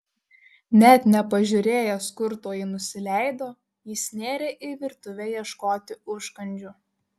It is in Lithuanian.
net nepažiūrėjęs kur toji nusileido jis nėrė į virtuvę ieškoti užkandžių